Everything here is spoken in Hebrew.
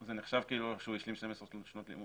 בסדר, אבל זה נחשב כאילו הוא השלים 12 שנות לימוד?